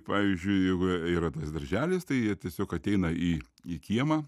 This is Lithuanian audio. pavyzdžiui jeigu yra tas darželis tai jie tiesiog ateina į į kiemą